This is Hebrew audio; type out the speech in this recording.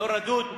לא רדוד,